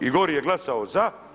I gore je glasao za.